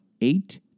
eight